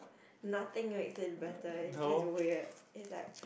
nothing makes it better it's just weird it's like